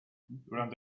durante